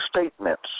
statements